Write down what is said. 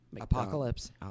Apocalypse